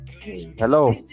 Hello